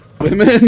women